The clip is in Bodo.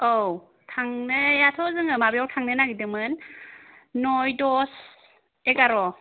औ थांनायाथ' जोङो माबायाव थांनो नागेरदोंमोन नय दस एगार'